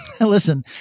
Listen